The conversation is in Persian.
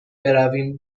برویم